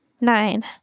Nine